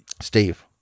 steve